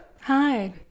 Hi